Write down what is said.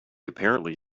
apparently